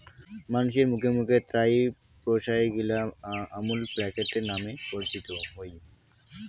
মানসির মুখে মুখে এ্যাই প্রয়াসগিলা আমুল প্যাটার্ন নামে পরিচিত হই